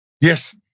Yes